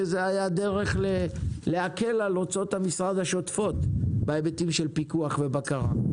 שזאת היתה הדרך להקל על הוצאות המשרד השוטפות בהיבטים של פיקוח ובקרה.